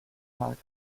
park